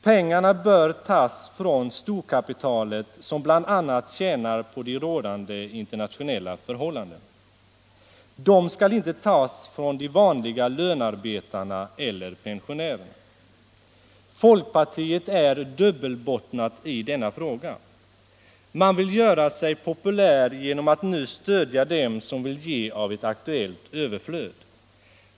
Pengarna bör tas från storkapitalet, som bl.a. tjänar på de rådande internationella förhållandena. De skall inte tas från de vanliga lönearbetarna eller pensionärerna. Folkpartiet är dubbelbottnat i denna fråga. Man vill göra sig populär genom att nu stödja dem som vill ge av ett aktuellt överflöd.